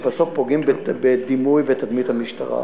שבסוף פוגעים בדימוי ובתדמית של המשטרה,